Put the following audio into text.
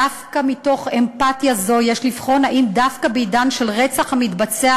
דווקא מתוך אמפתיה זו יש לבחון אם דווקא בעידן של רצח המתבצע